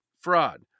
fraud